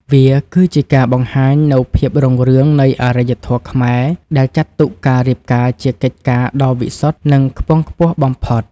វាគឺជាការបង្ហាញនូវភាពរុងរឿងនៃអរិយធម៌ខ្មែរ ដែលចាត់ទុកការរៀបការជាកិច្ចការដ៏វិសុទ្ធ និងខ្ពង់ខ្ពស់បំផុត។